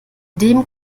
dem